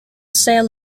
sale